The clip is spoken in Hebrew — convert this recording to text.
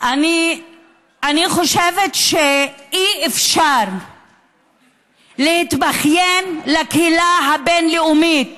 אני חושבת שאי-אפשר להתבכיין לקהילה הבין-לאומית